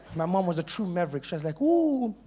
my mom was a true maverick, she was like, ooh,